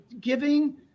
giving